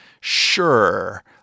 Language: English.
sure